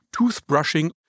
toothbrushing